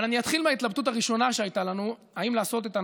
אבל אני אתחיל מההתלבטות הראשונה שהייתה לנו: האם לעשות את הנר"ת,